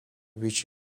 which